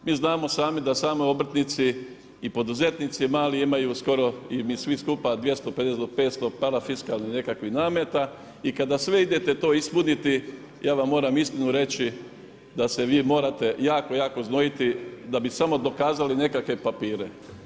Mi znamo sami, da sami obrtnici i poduzetnici mali, imaju skoro i mi svi skupa, 250-500 parafiskalnih nekakvih nameta i kada idete to ispuniti, ja vam moram istinu reći, da se vi morate jako jako znojiti, da bi samo dokazali nekakve papire.